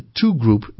two-group